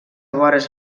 vores